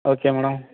okay madam